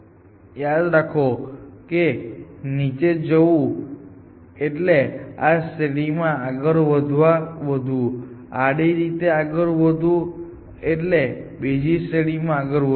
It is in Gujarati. તેથી યાદ રાખો કે નીચે જવું એટલે આ શ્રેણી માં આગળ વધવું આડી રીતે આગળ વધવું એટલે બીજી શ્રેણીમાં આગળ વધવું